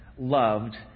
loved